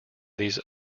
these